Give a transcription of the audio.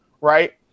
right